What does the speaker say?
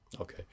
Okay